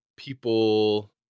people